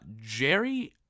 Jerry